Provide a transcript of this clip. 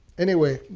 anyway,